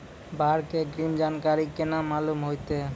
बाढ़ के अग्रिम जानकारी केना मालूम होइतै?